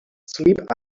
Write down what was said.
sleep